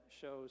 shows